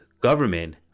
government